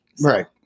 Right